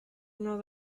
now